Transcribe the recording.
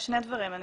שני דברים,